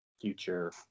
future